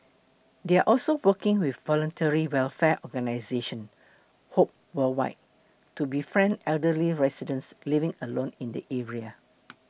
they are also working with voluntary welfare organisation Hope World wide to befriend elderly residents living alone in the area